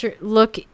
look